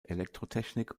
elektrotechnik